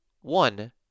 one